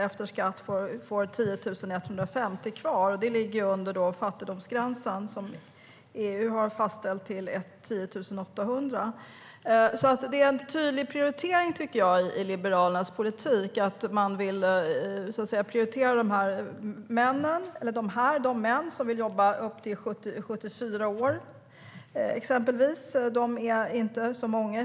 Efter skatt får hon 10 150 kronor kvar, och det ligger under den fattigdomsgräns som EU har fastställt till 10 800 kronor. Det är en tydlig prioritering i Liberalernas politik. Man vill prioritera de män som vill jobba upp till 74 år. De är inte så många.